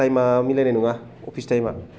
टाइमा मिलायनाय नङा अफिस टाइमा